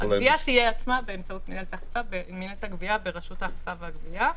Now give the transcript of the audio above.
כמובן הגבייה עצמה תהיה ברשות האכיפה והגבייה,